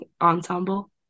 ensemble